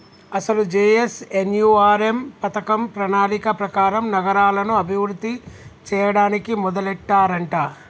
అసలు జె.ఎన్.ఎన్.యు.ఆర్.ఎం పథకం ప్రణాళిక ప్రకారం నగరాలను అభివృద్ధి చేయడానికి మొదలెట్టారంట